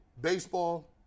baseball